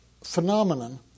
phenomenon